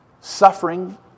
Suffering